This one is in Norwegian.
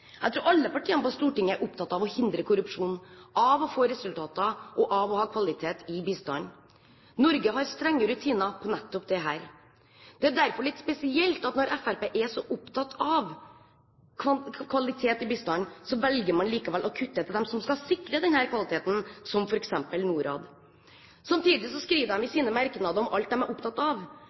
Alle partiene på Stortinget er opptatt av å hindre korrupsjon, av å få resultater og av å ha kvalitet i bistanden. Norge har strenge rutiner på nettopp dette. Det er derfor litt spesielt at når Fremskrittspartiet er så opptatt av kvalitet i bistanden, velger man likevel å kutte til dem som skal sikre denne kvaliteten, som f.eks. NORAD. Samtidig skriver de i sine merknader om alt de er opptatt av,